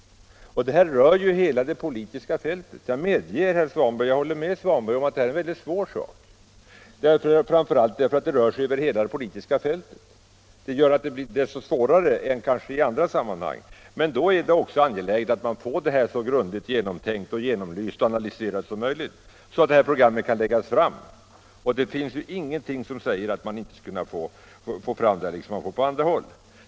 Jag håller med herr Svanberg om att detta är en besvärlig fråga, framför allt därför att den rör hela det politiska fältet. Det blir då svårare än i andra sammanhang att nå en lösning. Men då är det också angeläget att få problemen så genomlysta och analyserade som möjligt, så att ett program kan läggas fram. Ingenting säger att man inte skulle kunna få fram ett program här, när man har kunnat få det tidigare inom andra områden.